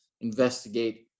investigate